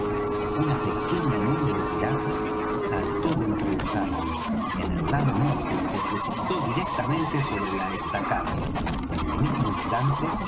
una pequeña nube de piratas saltó de entre los árboles en el lado norte y se precipitó directamente sobre la estacada en el mismo instante